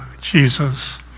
Jesus